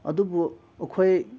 ꯑꯗꯨꯕꯨ ꯑꯩꯈꯣꯏ